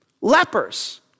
Lepers